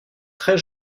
très